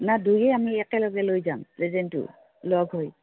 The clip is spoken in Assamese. না দুয়ো আমি একেলগে লৈ যাম প্ৰেজেণ্টো লগ হৈ